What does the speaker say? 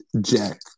Jack